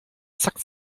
zack